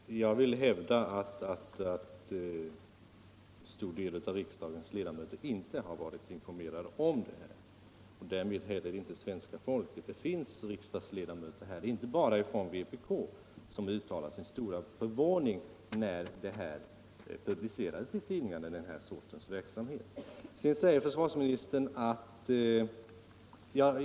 Herr talman! Jag vill hävda att många av riksdagens ledamöter inte har varit informerade om den här verksamheten och därmed inte heller svenska folket. Det finns riksdagsledamöter — inte bara från vpk — som uttalade sin stora förvåning när nyheten om den här sortens verksamhet publicerades i tidningarna.